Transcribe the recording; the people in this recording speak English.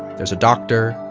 there's a doctor,